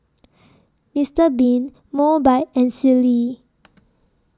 Mister Bean Mobike and Sealy